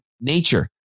nature